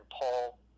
Paul